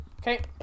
Okay